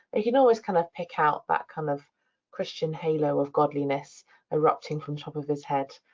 and you can always kind of pick out that kind of christian halo of godliness erupting from top of his head.